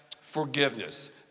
forgiveness